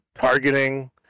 targeting